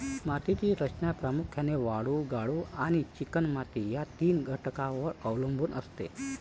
मातीची रचना प्रामुख्याने वाळू, गाळ आणि चिकणमाती या तीन घटकांवर अवलंबून असते